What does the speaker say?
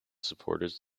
supporters